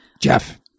Jeff